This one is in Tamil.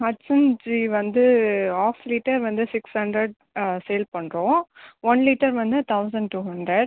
ஹட்சன் கீ வந்து ஆஃப் லிட்டர் வந்து சிக்ஸ் ஹண்ரட் சேல் பண்ணுறோம் ஒன் லிட்டர் வந்து தௌசண்ட் டூ ஹண்ரட்